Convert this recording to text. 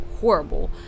horrible